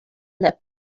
left